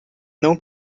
não